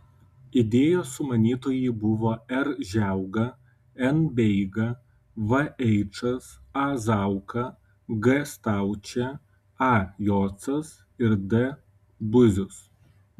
idėjos sumanytojai buvo r žiauga n beiga v eičas a zauka g staučė a jocas ir d buzius